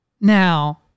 Now